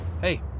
Hey